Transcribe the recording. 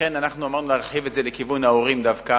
לכן אנחנו אמרנו להרחיב את זה לכיוון ההורים דווקא,